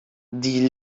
die